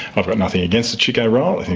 i've got nothing against the chiko roll,